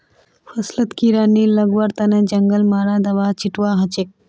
फसलत कीड़ा नी लगवार तने जंगल मारा दाबा छिटवा हछेक